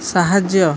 ସାହାଯ୍ୟ